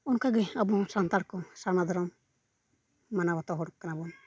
ᱚᱱᱠᱟᱜᱮ ᱟᱵᱚᱦᱚᱸ ᱥᱟᱱᱛᱟᱲ ᱠᱚ ᱥᱟᱨᱱᱟ ᱫᱷᱚᱨᱚᱢ ᱢᱟᱱᱟᱣ ᱵᱟᱛᱟᱣ ᱦᱚᱲ ᱠᱟᱱᱟ ᱵᱚᱱ